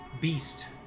beast